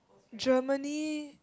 Germany